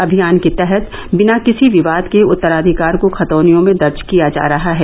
अभियान के तहत बिना किसी विवाद के उत्तराधिकार को खतौनियों में दर्ज किया जा रहा है